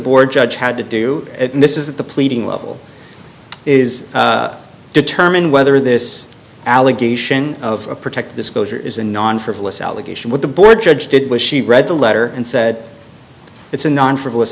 board judge had to do in this is that the pleading level is determined whether this allegation of protect disclosure is a non frivolous allegation with the board judge did was she read the letter and said it's a non frivolous